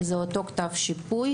וזה אותו כתב שיפוי.